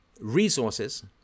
resources